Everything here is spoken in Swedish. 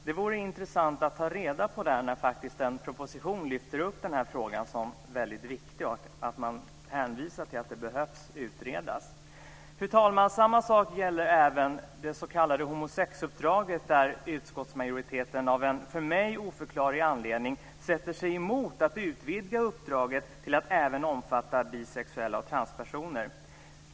Det vore intressant att få reda på det, när faktiskt en proposition lyfter upp den här frågan som väldigt viktig och hänvisar till att den behöver utredas. Fru talman! Samma sak gäller även det s.k. homosexuppdraget, där utskottsmajoriteten av en för mig oförklarlig anledning sätter sig emot att utvidga uppdraget till att även omfatta bisexuella och transpersoner.